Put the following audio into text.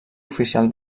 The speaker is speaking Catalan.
oficial